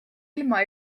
ilma